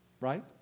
right